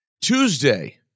Tuesday